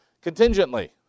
Contingently